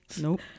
Nope